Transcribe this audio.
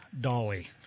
Dolly